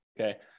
okay